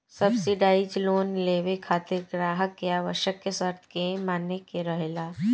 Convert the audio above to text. subsidise loan लेबे खातिर ग्राहक के आवश्यक शर्त के माने के रहेला